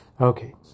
Okay